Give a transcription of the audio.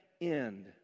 end